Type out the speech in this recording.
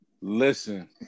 Listen